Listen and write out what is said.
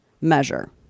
measure